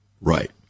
Right